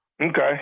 Okay